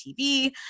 TV